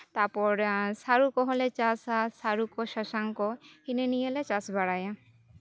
ᱛᱟᱨᱯᱚᱨ ᱥᱟᱹᱨᱩ ᱠᱚᱦᱚᱸ ᱞᱮ ᱪᱟᱥᱼᱟ ᱥᱟᱹᱨᱩ ᱠᱚ ᱥᱟᱥᱟᱝ ᱠᱚ ᱦᱤᱱᱟᱹ ᱱᱤᱭᱟᱹᱞᱮ ᱪᱟᱥ ᱵᱟᱲᱟᱭᱟ